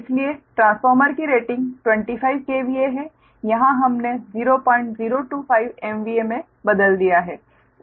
इसलिए ट्रांसफार्मर की rating 25 KVA है यहां हमने 0025 MVA में बदल दिया है